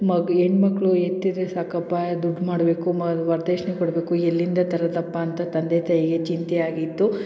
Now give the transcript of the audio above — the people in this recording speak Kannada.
ಮಗು ಹೆಣ್ಮಕ್ಳು ಹೆತ್ತಿದ್ರೆ ಸಾಕಪ್ಪ ದುಡ್ಡು ಮಾಡಬೇಕು ಮ ವರದಕ್ಷ್ಣೆ ಕೊಡಬೇಕು ಎಲ್ಲಿಂದ ತರೋದಪ್ಪ ಅಂತ ತಂದೆ ತಾಯಿಗೆ ಚಿಂತೆ ಆಗಿತ್ತು